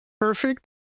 perfect